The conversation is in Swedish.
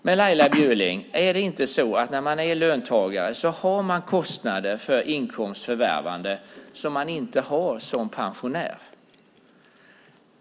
Men, Laila Bjurling, är det inte så att som löntagare har man kostnader för inkomsts förvärvande som man inte har som pensionär?